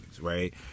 Right